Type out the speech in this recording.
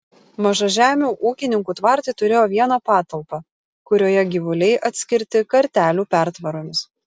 mažažemių ūkininkų tvartai turėjo vieną patalpą kurioje gyvuliai atskirti kartelių pertvaromis